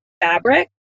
fabric